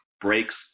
breaks